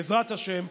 בעזרת השם,